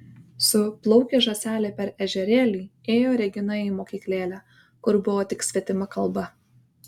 su plaukė žąselė per ežerėlį ėjo regina į mokyklėlę kur buvo tik svetima kalba